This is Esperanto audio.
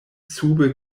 sube